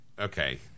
Okay